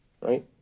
right